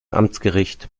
amtsgericht